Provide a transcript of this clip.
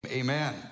Amen